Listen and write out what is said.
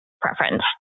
preference